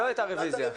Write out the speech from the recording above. לא הייתה רביזיה.